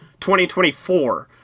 2024